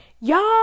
Y'all